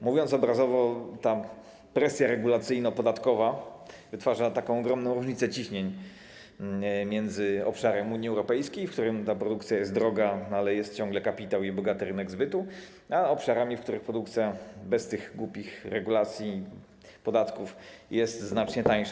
Mówiąc obrazowo, ta presja regulacyjno-podatkowa wytwarza ogromną różnicę ciśnień między obszarem Unii Europejskiej, w którym produkcja jest droga, ale jest ciągle kapitał i bogaty rynek zbytu, a obszarami, w których produkcja bez tych głupich regulacji podatków jest znacznie tańsza.